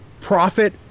profit